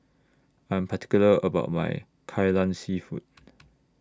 I'm particular about My Kai Lan Seafood